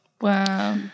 Wow